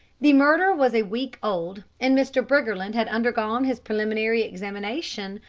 the murder was a week old, and mr. briggerland had undergone his preliminary examination,